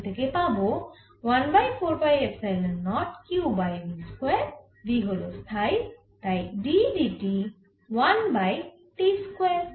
এখান থেকে পাবো 1 by 4 pi epsilon naught q by v square v হল স্থায়ী তাই d d t 1 by t square